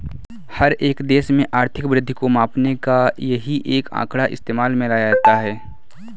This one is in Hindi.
हर एक देश में आर्थिक वृद्धि को मापने का यही एक आंकड़ा इस्तेमाल में लाया जाता है